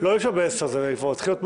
מהצפון.